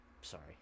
sorry